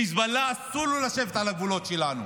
לחיזבאללה אסור לשבת על הגבולות שלנו.